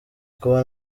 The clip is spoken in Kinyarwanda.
kuba